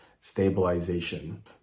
stabilization